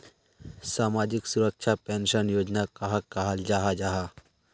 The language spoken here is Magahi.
सामाजिक सुरक्षा पेंशन योजना कहाक कहाल जाहा जाहा?